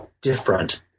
different